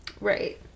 Right